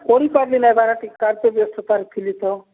ଓଡ଼ିଶା ଜିଲ୍ଲା ଦ୍ୱାରା ଟିକା ବ୍ୟସ୍ତ ତା'ର ଥିଲି ତ